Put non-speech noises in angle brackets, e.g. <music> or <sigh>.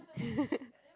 <laughs>